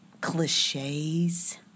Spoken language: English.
cliches